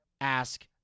ask